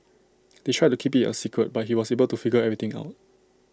they tried to keep IT A secret but he was able to figure everything out